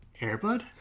Airbud